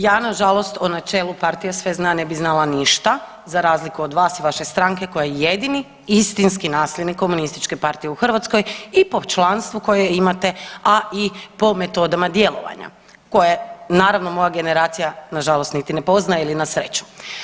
Ja nažalost o načelu partija sve zna ne bi znala ništa za razliku od vas i vaše stranke koja je jedini istinski nasljednih komunističke partije u Hrvatskoj i po članstvu koje imate, a i po metodama djelovanja koje naravno moja generacija nažalost niti ne poznaje ili na sreću.